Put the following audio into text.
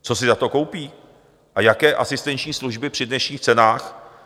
Co si za to koupí a jaké asistenční služby při dnešních cenách?